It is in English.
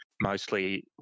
mostly